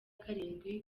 karindwi